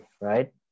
right